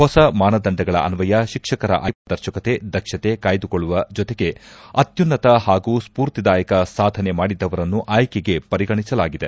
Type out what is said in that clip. ಹೊಸ ಮಾನದಂಡಗಳ ಅನ್ವಯ ಶಿಕ್ಷಕರ ಆಯ್ಲೆಯಲ್ಲಿ ಪಾರದರ್ಶಕತೆ ದಕ್ಷತೆ ಕಾಯ್ಲುಕೊಳ್ಳುವ ಜತೆಗೆ ಅತ್ಲುನ್ನತ ಹಾಗೂ ಸ್ಪೂರ್ತಿದಾಯಕ ಸಾಧನೆ ಮಾಡಿದವರನ್ನು ಆಯ್ಲೆಗೆ ಪರಿಗಣಿಸಲಾಗಿದೆ